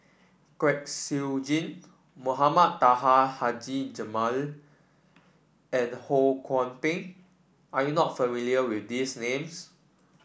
Kwek Siew Jin Mohamed Taha Haji Jamil and Ho Kwon Ping are you not familiar with these names